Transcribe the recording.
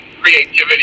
Creativity